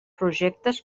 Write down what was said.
projectes